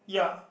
yeah